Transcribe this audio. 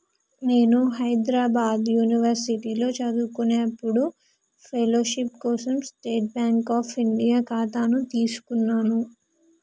నేను హైద్రాబాద్ యునివర్సిటీలో చదువుకునేప్పుడు ఫెలోషిప్ కోసం స్టేట్ బాంక్ అఫ్ ఇండియా ఖాతాను తీసుకున్నాను